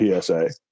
PSA